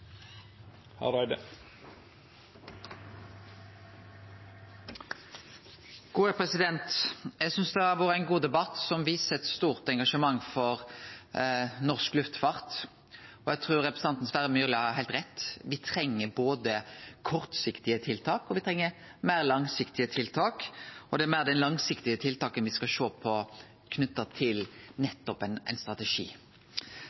Eg synest det har vore ein god debatt som viser eit stort engasjement for norsk luftfart. Eg trur representanten Sverre Myrli har heilt rett: Me treng både kortsiktige tiltak og meir langsiktige tiltak, og det er meir dei langsiktige tiltaka me skal sjå på knytt til